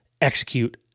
Execute